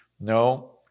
No